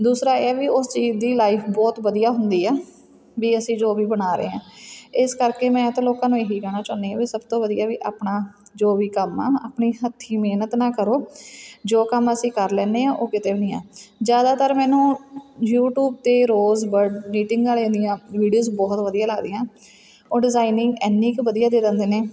ਦੂਸਰਾ ਇਹ ਹੈ ਵੀ ਉਸ ਚੀਜ਼ ਦੀ ਲਾਈਫ ਬਹੁਤ ਵਧੀਆ ਹੁੰਦੀ ਆ ਵੀ ਅਸੀਂ ਜੋ ਵੀ ਬਣਾ ਰਹੇ ਹਾਂ ਇਸ ਕਰਕੇ ਮੈਂ ਤਾਂ ਲੋਕਾਂ ਨੂੰ ਇਹੀ ਕਹਿਣਾ ਚਾਹੁੰਦੀ ਹਾਂ ਵੀ ਸਭ ਤੋਂ ਵਧੀਆ ਵੀ ਆਪਣਾ ਜੋ ਵੀ ਕੰਮ ਆ ਆਪਣੀ ਹੱਥੀਂ ਮਿਹਨਤ ਨਾਲ ਕਰੋ ਜੋ ਕੰਮ ਅਸੀਂ ਕਰ ਲੈਂਦੇ ਹਾਂ ਉਹ ਕਿਤੇ ਵੀ ਨਹੀਂ ਹੈ ਜ਼ਿਆਦਾਤਰ ਮੈਨੂੰ ਯੂਟਿਊਬ 'ਤੇ ਰੋਜ਼ ਬਰਡ ਨੀਟਿੰਗ ਵਾਲਿਆਂ ਦੀਆਂ ਵੀਡੀਓਜ਼ ਬਹੁਤ ਵਧੀਆ ਲੱਗਦੀਆਂ ਉਹ ਡਿਜ਼ਾਇਨਿੰਗ ਇੰਨੀ ਕੁ ਵਧੀਆ ਦੇ ਦਿੰਦੇ ਨੇ